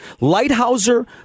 Lighthouser